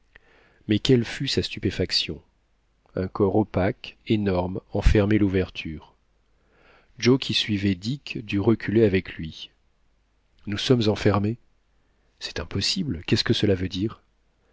mais quelle fut sa stupéfaction un corps opaque énorme en fermait l'ouverture joe qui suivait dick dut reculer avec lui nous sommes enfermés c'est impossible qu'est-ce que cela veut dire